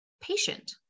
patient